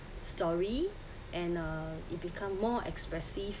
story and uh it become more expressive